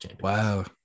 Wow